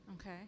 Okay